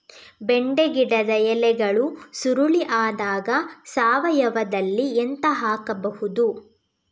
ಬೆಂಡೆ ಗಿಡದ ಎಲೆಗಳು ಸುರುಳಿ ಆದಾಗ ಸಾವಯವದಲ್ಲಿ ಎಂತ ಹಾಕಬಹುದು?